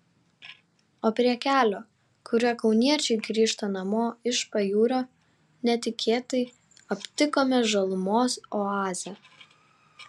o prie kelio kuriuo kauniečiai grįžta namo iš pajūrio netikėtai aptikome žalumos oazę